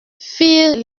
firent